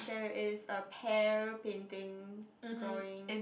there is a pear painting drawing